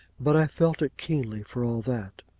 but i felt it keenly for all that.